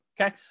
okay